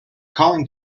calling